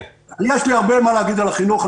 יש לי הרבה מה להגיד על החינוך.